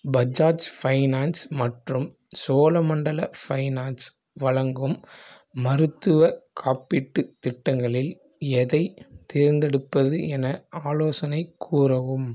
Bajaj finance மற்றும் Cholamandala finance வழங்கும் மருத்துவக் காப்பீட்டுத் திட்டங்களில் எதைத் தேர்ந்தெடுப்பது என ஆலோசனைக் கூறவும்